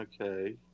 Okay